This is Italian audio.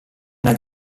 una